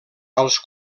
als